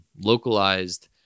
localized